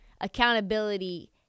Accountability